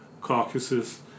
caucuses